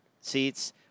seats